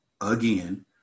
again